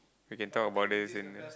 we can talk about this in